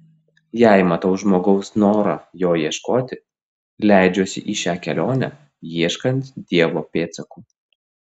jei matau žmogaus norą jo ieškoti leidžiuosi į šią kelionę ieškant dievo pėdsakų